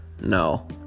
No